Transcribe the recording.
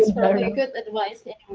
good advice